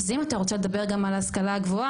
אז אם אתה רוצה לדבר גם על ההשכלה הגבוהה,